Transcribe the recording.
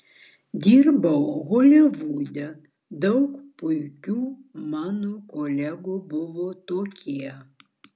dirbau holivude daug puikių mano kolegų buvo tokie